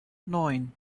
neun